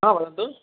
हा वदन्तु